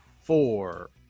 four